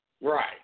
Right